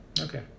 Okay